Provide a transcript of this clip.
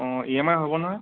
অঁ ইএমআই হ'ব নহয়